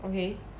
okay